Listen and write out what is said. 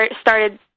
started